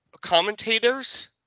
commentators